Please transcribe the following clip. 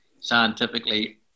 scientifically